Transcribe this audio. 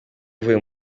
avuye